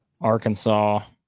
Arkansas